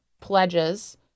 pledges